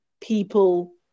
people